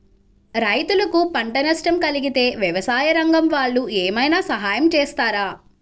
రైతులకు పంట నష్టం కలిగితే వ్యవసాయ రంగం వాళ్ళు ఏమైనా సహాయం చేస్తారా?